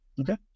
Okay